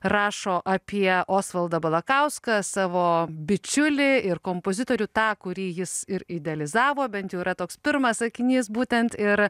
rašo apie osvaldą balakauską savo bičiulį ir kompozitorių tą kurį jis ir idealizavo bent jau yra toks pirmas sakinys būtent ir